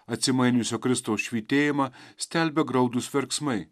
atsimainiusio kristaus švytėjimą stelbia graudūs verksmai